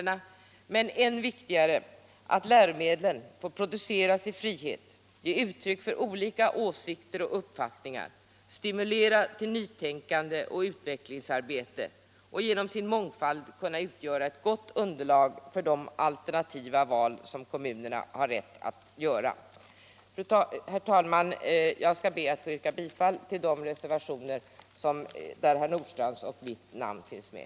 Men än 177 viktigare är att läromedlen får produceras i frihet, ge uttryck för olika åsikter och uppfattningar, stimulera till nytänkande och utvecklingsarbete och genom sin mångfald bilda ett gott underlag för de alternativa val som kommunerna har rätt att göra. Herr talman! Jag ber att få yrka bifall till reservationerna med herr Nordstrandhs och mitt namn under.